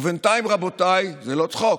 ובינתיים, רבותיי, זה לא צחוק,